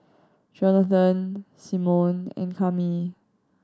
Johnathon Simone and Cami